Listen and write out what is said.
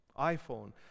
iPhone